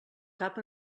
cap